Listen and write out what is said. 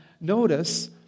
notice